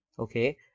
Okay